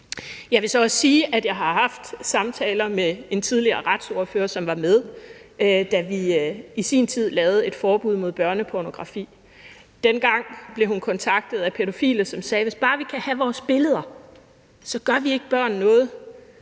Jeg vil så også sige, at jeg har haft samtaler med en tidligere retsordfører, som var med, da vi i sin tid lavede et forbud mod børnepornografi. Dengang blev hun kontaktet af pædofile, som sagde: Hvis bare vi kan have vores billeder, gør vi ikke børn noget.